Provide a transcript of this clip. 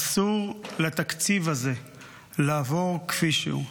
אסור לתקציב הזה לעבור כפי שהוא.